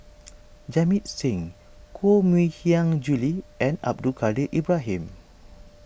Jamit Singh Koh Mui Hiang Julie and Abdul Kadir Ibrahim